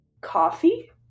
coffee